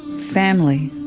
family,